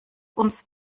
uns